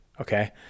Okay